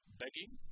begging